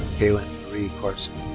kaylyn marie carson.